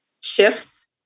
shifts